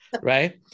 Right